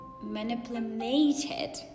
manipulated